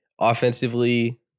offensively